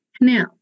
Now